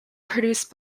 produced